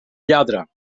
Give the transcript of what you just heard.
lladre